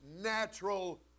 natural